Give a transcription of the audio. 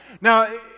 Now